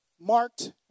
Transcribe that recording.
marked